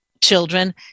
children